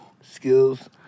skills